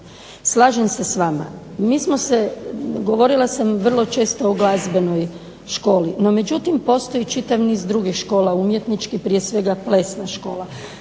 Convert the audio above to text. Slažem se s vama, govorila sam vrlo često o glazbenoj školi, no međutim postoji čitav niz drugih škola umjetničkih, prije svega plesna škola.